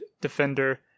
defender